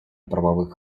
правовых